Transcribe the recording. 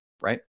right